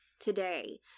today